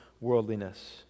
worldliness